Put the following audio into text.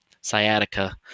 sciatica